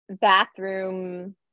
bathroom